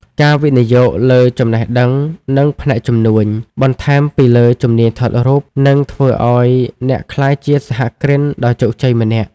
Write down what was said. ការវិនិយោគលើចំណេះដឹងផ្នែកជំនួញ បន្ថែមពីលើជំនាញថតរូប នឹងធ្វើឱ្យអ្នកក្លាយជាសហគ្រិនដ៏ជោគជ័យម្នាក់។